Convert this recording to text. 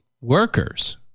workers